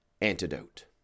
antidote